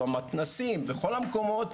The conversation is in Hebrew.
במתנסים ובכל המקומות,